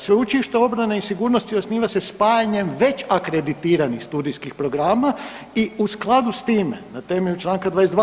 Sveučilište obrane i sigurnosti osnivanje se spajanjem već akreditiranih studijskih programa i u skladu s time na temelju čl. 22.